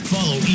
Follow